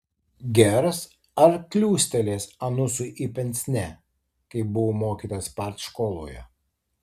gers ar kliūstelės anusui į pensnė kaip buvo mokytas partškoloje